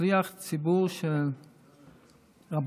כשליח ציבור של רבנים,